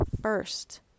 first